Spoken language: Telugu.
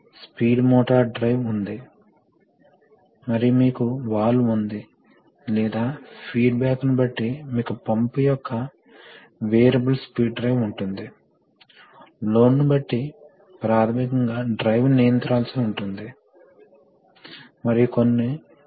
వివిధ మార్గాలు ఉన్నాయి అందువల్ల మీరు మాన్యువల్ పుష్ బటన్ ను కలిగి ఉండవచ్చు మీకు హ్యాండ్ లివర్ ఉండవచ్చు మీకు ఫుట్ పెడల్ ఉండవచ్చు లేదా కొన్నిసార్లు చాలా పెద్ద వాల్వ్స్ కోసం ఉదాహరణకు మీకు పైలట్ వాల్వ్ కలిగి ఉంటుంది